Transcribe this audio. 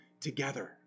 together